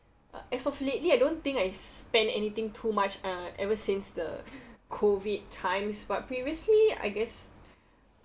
uh as of lately I don't think I spend anything too much uh ever since the COVID times but previously I guess